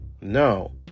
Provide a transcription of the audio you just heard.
No